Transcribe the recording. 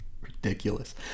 Ridiculous